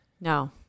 no